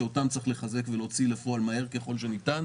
שאותן צריך לחזק ולהוציא לפועל מהר ככל שניתן.